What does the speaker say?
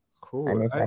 Cool